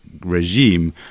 regime